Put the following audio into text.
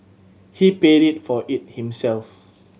he paid it for it himself